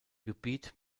gebiet